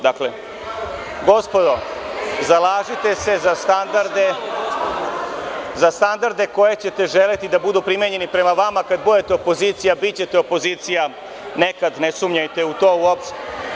Dakle, gospodo, zalažite se za standarde koje ćete želeti da budu primenjeni prema vama kad budete opozicija, a bićete opozicija nekad, ne sumnjajte u to uopšte.